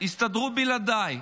יסתדרו בלעדיי.